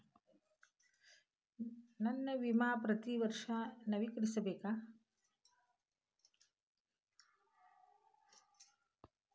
ನನ್ನ ವಿಮಾ ಪ್ರತಿ ವರ್ಷಾ ನವೇಕರಿಸಬೇಕಾ?